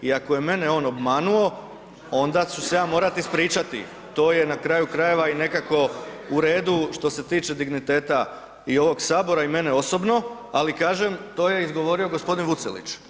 I ako je mene on obmanuo onda ću se ja morati ispričati, to je na kraju krajeva i nekako u redu što se tiče digniteta i ovog Sabora i mene osobno, ali kažem to je izgovorio g. Vucelić.